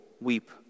weep